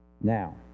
Now